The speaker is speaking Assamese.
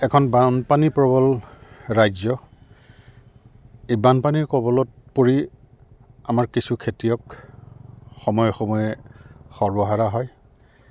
এখন বানপানী প্ৰবল ৰাজ্য এই বানপানীৰ কৱলত পৰি আমাৰ কিছু খেতিয়ক সময়ে সময়ে সৰ্বহাৰা হয়